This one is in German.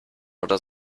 oder